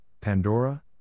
Pandora